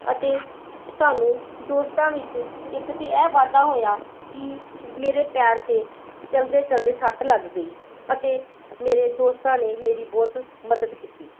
ਅਤੇ ਸਾਨੂੰ ਦੋਸਤਾਂ ਵਿੱਚ ਇੱਕ ਤਾਂ ਇਹ ਵਾਧਾ ਹੋਇਆ ਕਿ ਮੇਰੇ ਪੈਰ 'ਤੇ ਚਲਦੇ ਚਲਦੇ ਸੱਟ ਲੱਗ ਗਈ ਅਤੇ ਮੇਰੇ ਦੋਸਤਾਂ ਨੇ ਮੇਰੀ ਬਹੁਤ ਮਦਦ ਕੀਤੀ